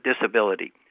disability